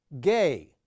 gay